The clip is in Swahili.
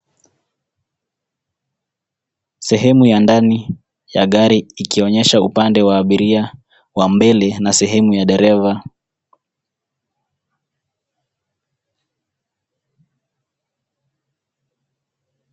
Sehemu ya ndani ya gari ikionyesha upande wa abiria wa mbele na sehemu ya dereva.